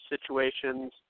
situations